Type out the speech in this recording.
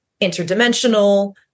interdimensional